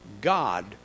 God